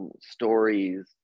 stories